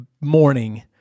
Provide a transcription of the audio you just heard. morning